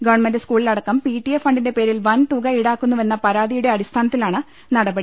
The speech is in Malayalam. ഗവൺമെന്റ് സ്കൂളിലടക്കം പിടിഎ ഫണ്ടിന്റെ പ്പേരിൽ വൻതുക ഈടാക്കുന്നുവെന്ന പരാതിയുടെ അടിസ്ഥാനത്തിലാണ് നടപടി